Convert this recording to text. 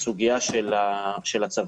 הסוגיה של הצבא.